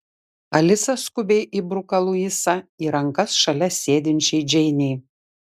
alisa skubiai įbruka luisą į rankas šalia sėdinčiai džeinei